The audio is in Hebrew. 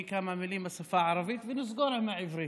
בלי לומר כמה מילים בשפה הערבית, ונסגור בעברית.